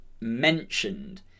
mentioned